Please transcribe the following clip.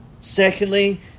Secondly